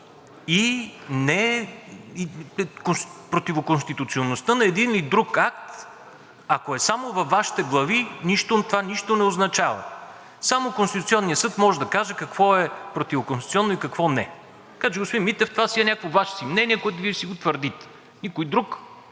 и противоконституционността на един или друг акт, ако е само във Вашите глави, това нищо не означава. Само Конституционният съд може да каже какво е противоконституционно и какво не. Така че, господин Митев, това е някакво Ваше си мнение, което Вие си го твърдите. Никой друг